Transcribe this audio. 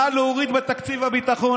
נא להוריד בתקציב הביטחון,